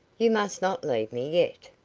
you must not leave me yet.